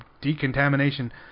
decontamination